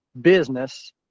business